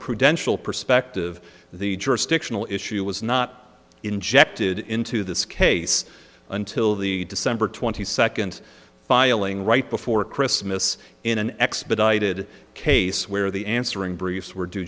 prudential perspective the jurisdictional issue was not injected into this case until the december twenty second filing right before christmas in an expedited case where the answering briefs were d